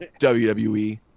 WWE